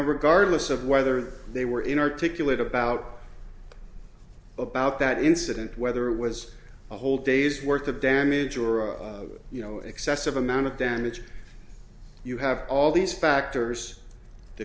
guard lists of whether they were inarticulate about about that incident whether it was a whole day's worth of damage or a you know excessive amount of damage you have all these factors the